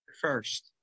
First